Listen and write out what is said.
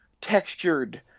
textured